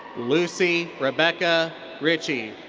lucy rebecca ritchie.